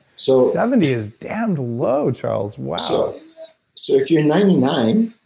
so seventy is damned low charles. wow so if you're ninety nine,